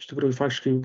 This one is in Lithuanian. iš tikrųjų faktiškai